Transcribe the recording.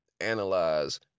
analyze